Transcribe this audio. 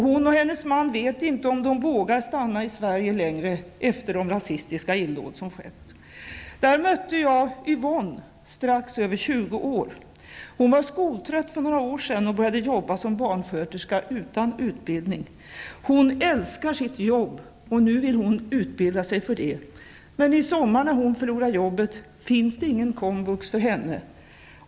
Hon och hennes man vet inte om de vågar stanna i Sverige, efter de rasistiska illdåd som har skett. Jag mötte också Yvonne, något över 20 år, som för några år sedan var skoltrött och började jobba som barnsköterska utan utbildning. Hon älskar sitt jobb och vill nu utbilda sig för det. Men i sommar, när hon förlorar jobbet, finns det ingen komvux för henne.